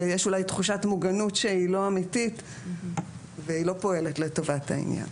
יש אולי תחושת מוגנות שהיא לא אמיתית והיא לא פועלת לטובת העניין.